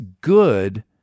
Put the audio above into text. good